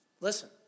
Listen